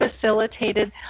facilitated